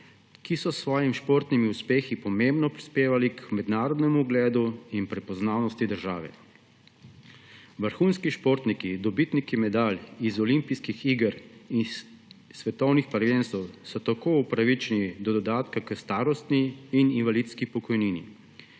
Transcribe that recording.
ki so s svojimi športnimi uspehi pomembno prispevali k mednarodnemu ugledu in prepoznavnosti države. Vrhunski športniki, dobitniki medalj z olimpijskih iger, s svetovnih prvenstev so tako upravičeni do dodatka k starostni in invalidski pokojnini.